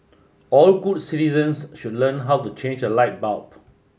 all good citizens should learn how to change a light bulb